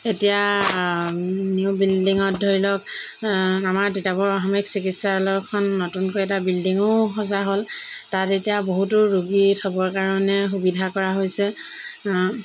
এতিয়া নিউ বিল্ডিঙত ধৰি লওক আমাৰ তিতাবৰ অসামৰিক চিকিৎচালয়খন নতুনকৈ এটা বিল্ডিঙো সজা হ'ল তাত এতিয়া বহুতো ৰোগী থ'বৰ কাৰণে সুবিধা কৰা হৈছে